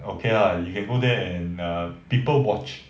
okay lah you can go there and err people watch